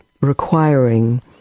requiring